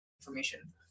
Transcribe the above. information